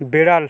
বিড়াল